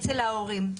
אצל ההורים.